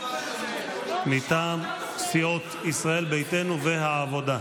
מטעם סיעות ישראל ביתנו והעבודה.